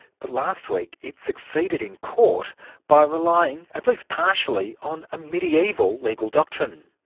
but last week it succeeded in court by relying, at least partially, on a medieval legal doctrine.